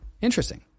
Interesting